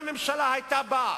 הממשלה הזאת, כנראה,